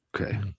Okay